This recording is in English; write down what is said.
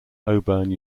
auburn